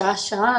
שעה שעה,